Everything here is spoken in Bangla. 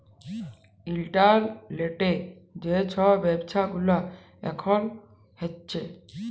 ইলটারলেটে যে ছব ব্যাব্ছা গুলা এখল হ্যছে